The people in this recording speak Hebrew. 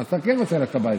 אז אתה כן רוצה ללכת הביתה.